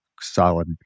solid